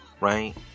right